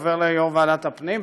עובר ליו"ר ועדת הפנים,